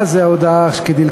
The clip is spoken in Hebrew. מועדים),